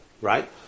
right